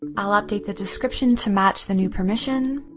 i'll update the description to match the new permission.